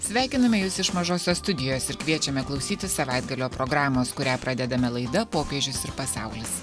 sveikiname jus iš mažosios studijos ir kviečiame klausytis savaitgalio programos kurią pradedame laida popiežius ir pasaulis